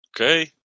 Okay